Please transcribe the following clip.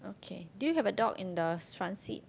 K do you have a dog in the front seat